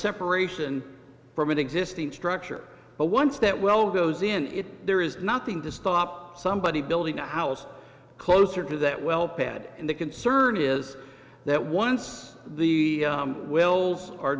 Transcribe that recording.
separation from an existing structure but once that well goes in it there is nothing to stop somebody building a house closer to that well pad and the concern is that once the wills are